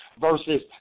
versus